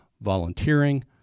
volunteering